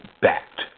backed